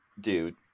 dude